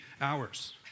hours